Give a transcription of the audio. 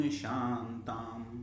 Shantam